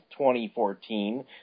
2014